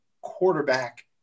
quarterback